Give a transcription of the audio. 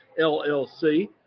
llc